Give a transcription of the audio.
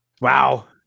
Wow